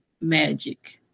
magic